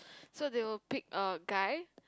so they will pick a guy